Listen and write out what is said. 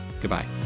Goodbye